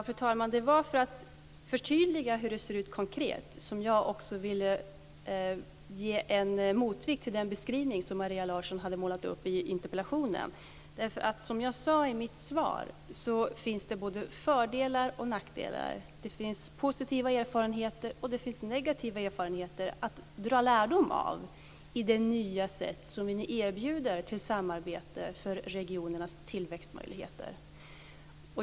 Fru talman! Det var för att konkret förtydliga hur det ser ut som jag också ville ge en motvikt till den beskrivning som Maria Larsson målar upp i interpellationen. Som jag säger i mitt svar finns det både fördelar och nackdelar, både positiva erfarenheter och negativa erfarenheter, att dra lärdom av i fråga om det nya sätt att samarbeta som vi erbjuder för regionernas tillväxtmöjligheter.